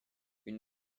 une